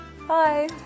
bye